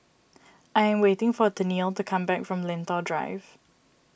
I am waiting for Tennille to come back from Lentor Drive